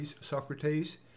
Socrates